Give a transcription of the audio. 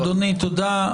אדוני, תודה.